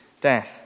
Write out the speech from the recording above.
death